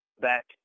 back